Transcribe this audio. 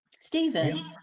Stephen